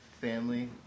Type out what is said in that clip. family